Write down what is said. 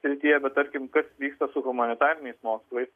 srityje bet tarkim kas vyksta su humanitariniais mokslais